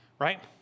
right